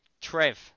Trev